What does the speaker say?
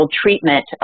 treatment